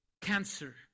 cancer